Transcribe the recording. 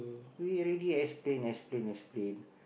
we already explain explain explain